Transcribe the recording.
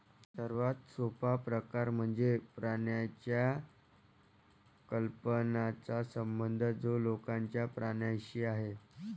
सर्वात सोपा प्रकार म्हणजे प्राण्यांच्या कल्याणाचा संबंध जो लोकांचा प्राण्यांशी आहे